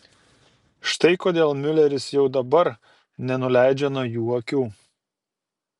štai kodėl miuleris jau dabar nenuleidžia nuo jų akių